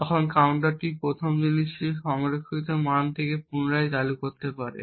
তখন কাউন্টারটি প্রথম জিনিসটি সংরক্ষিত মান থেকে পুনরায় চালু করতে পারে